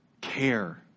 care